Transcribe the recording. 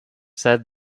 said